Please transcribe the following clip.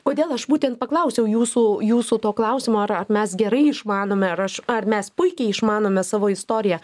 kodėl aš būtent paklausiau jūsų jūsų to klausimo ar ar mes gerai išmanome ar aš ar mes puikiai išmanome savo istoriją